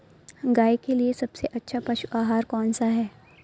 गाय के लिए सबसे अच्छा पशु आहार कौन सा है?